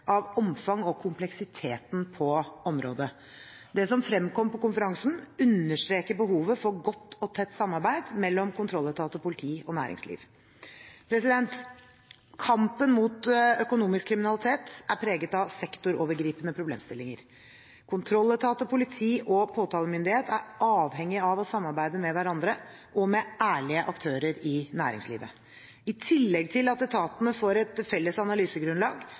av omfanget og kompleksiteten på området. Det som fremkom på konferansen, understreker behovet for godt og tett samarbeid mellom kontrolletater, politi og næringsliv. Kampen mot økonomisk kriminalitet er preget av sektorovergripende problemstillinger. Kontrolletater, politi og påtalemyndighet er avhengige av å samarbeide med hverandre og med ærlige aktører i næringslivet. I tillegg til at etatene får et felles analysegrunnlag,